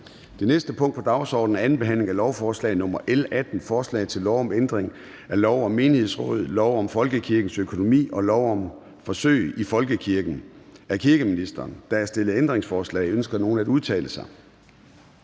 Det næste punkt på dagsordenen er: 19) 2. behandling af lovforslag nr. L 18: Forslag til lov om ændring af lov om menighedsråd, lov om folkekirkens økonomi og lov om forsøg i folkekirken. (Udvidelse og forenkling af samarbejdsmuligheder, øget transparens